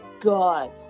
God